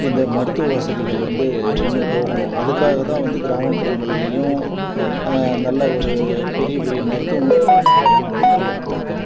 இந்த மருத்துவ வசதிகள் வந்து இன்னும் போகணும் அதுக்காக தான் வந்து கிராமப்புறங்கள்லேயும் நல்ல ஒரு பெரிய பெரிய மருத்துவமனைகள் கட்டினா ரொம்ப நல்லாயிருக்கும்